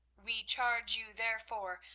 we charge you, therefore,